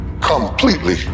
completely